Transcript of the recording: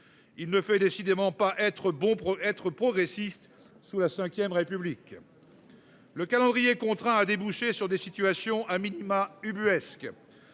Il ne fait décidément pas être bon pour être progressiste sous la Ve République.-- Le calendrier contraint à déboucher sur des situations a minima ubuesque.